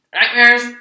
Nightmares